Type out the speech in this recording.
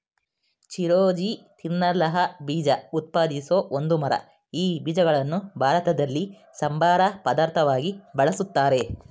ಚಿರೋಂಜಿ ತಿನ್ನಲರ್ಹ ಬೀಜ ಉತ್ಪಾದಿಸೋ ಒಂದು ಮರ ಈ ಬೀಜಗಳನ್ನು ಭಾರತದಲ್ಲಿ ಸಂಬಾರ ಪದಾರ್ಥವಾಗಿ ಬಳುಸ್ತಾರೆ